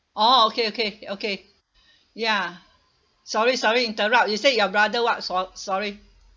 oh okay okay okay ya sorry sorry interrupt you said your brother [what] so~ sorry